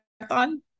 marathon